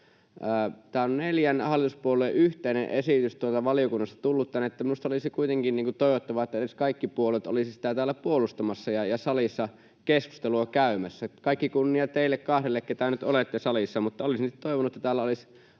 Tämä on neljän hallituspuolueen yhteinen esitys tuolta valiokunnasta tullut tänne, niin että minusta olisi kuitenkin toivottavaa, että edes kaikki puolueet olisivat sitä täällä puolustamassa ja salissa keskustelua käymässä. Kaikki kunnia teille kahdelle, ketkä nyt olette salissa, mutta olisin toivonut, että täällä olisi